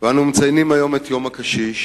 אנו מציינים היום את יום הקשיש,